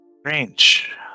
Strange